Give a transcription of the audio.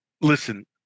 listen